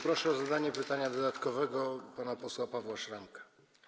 Proszę o zadanie pytania dodatkowego pana posła Pawła Szramkę.